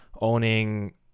owning